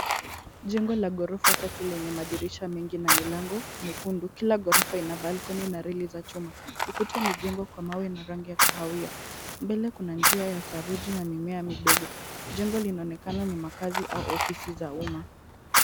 Jengo la ghorofa tatu lenye madirisha mengi na milango nyekundu. Kila ghorofa ina balcony na reli za chuma. Ukuta umejengwa kwa mawe na rangi ya kahawia. Mbele kuna njia ya saruji na mimea midogo. Jengo linaonekana ni makazi au ofisi za umma.